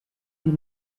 die